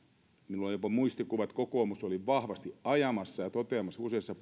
on jopa muistikuva että kokoomus oli vahvasti ajamassa ja toteamassa useassa